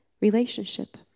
Relationship